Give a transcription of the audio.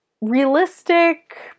realistic